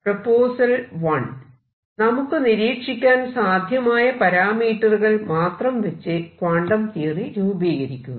proposal 1 നമുക്ക് നിരീക്ഷിക്കാൻ സാധ്യമായ പരാമീറ്ററുകൾ മാത്രം വച്ച് ക്വാണ്ടം തിയറി രൂപീകരിക്കുക